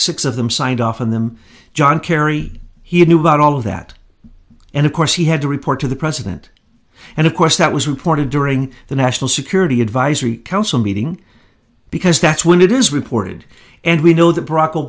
six of them signed off on them john kerry he knew about all of that and of course he had to report to the president and of course that was reported during the national security advisory council meeting because that's when it is reported and we know th